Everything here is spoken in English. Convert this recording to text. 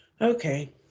Okay